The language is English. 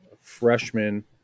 freshman